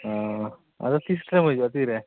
ᱟᱫᱚ ᱛᱤᱥ ᱠᱚᱛᱮᱢ ᱦᱤᱡᱩᱜᱼᱟ ᱛᱤ ᱨᱮ